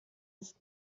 ist